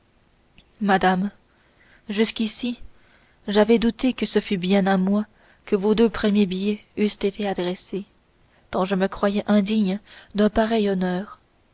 madame jusqu'ici j'avais douté que ce fût bien à moi que vos deux premiers billets eussent été adressés tant je me croyais indigne d'un pareil honneur